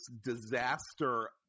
disaster